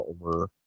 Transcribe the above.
over